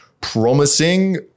promising